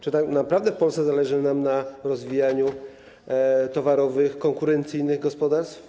Czy tak naprawdę w Polsce zależy nam na rozwijaniu towarowych, konkurencyjnych gospodarstw?